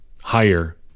Higher